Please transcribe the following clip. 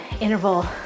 interval